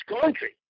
country